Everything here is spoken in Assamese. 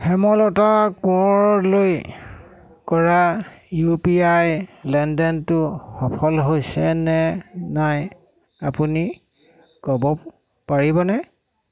হেমলতা কোঁৱৰলৈ কৰা ইউ পি আই লেনদেনটো সফল হৈছেনে নাই আপুনি ক'ব পাৰিবনে